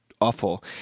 awful